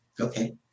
Okay